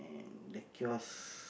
and the kiosk